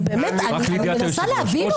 אני מנסה להבין אותך.